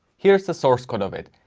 here is the source code of it,